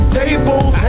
tables